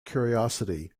curiosity